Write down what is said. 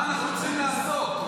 מה אנחנו צריכים לעשות.